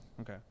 okay